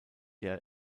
der